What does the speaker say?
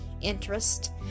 interest